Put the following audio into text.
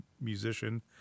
musician